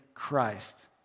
Christ